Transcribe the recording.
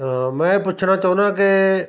ਮੈਂ ਪੁੱਛਣਾ ਚਾਹੁੰਦਾ ਕਿ